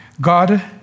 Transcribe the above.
God